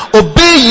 obey